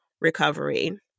recovery